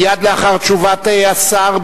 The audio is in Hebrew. מייד לאחר תשובת השר,